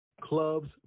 Clubs